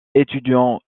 étudiants